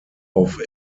auf